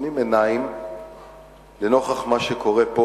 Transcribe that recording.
עוצמים עיניים לנוכח מה שקורה פה,